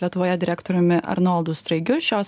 lietuvoje direktoriumi arnoldu straigiu šios